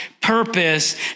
purpose